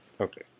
Okay